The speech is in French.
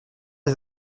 des